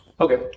Okay